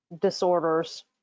disorders